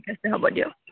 ঠিক আছে হ'ব দিয়ক